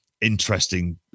interesting